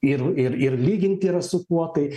ir ir ir lyginti yra su kuo tai